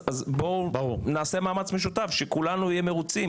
אז בואו נעשה מאמץ משותף כדי שכולנו נהיה מרוצים,